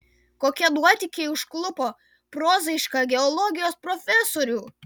kokie nuotykiai užklupo prozaišką geologijos profesorių